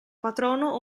patrono